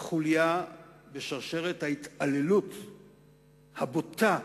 חוליה בשרשרת ההתעללות הבוטה,